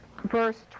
verse